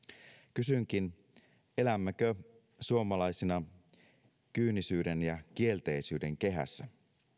kysynkin elämmekö suomalaisina kyynisyyden ja kielteisyyden kehässä